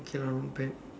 okay lah not bad